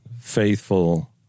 faithful